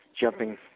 jumping